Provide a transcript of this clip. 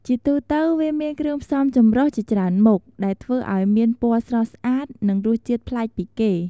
ជាទូទៅ វាមានគ្រឿងផ្សំចម្រុះជាច្រើនមុខ ដែលធ្វើឱ្យមានពណ៌ស្រស់ស្អាត និងរសជាតិប្លែកពីគេ។